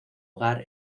hogar